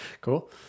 cool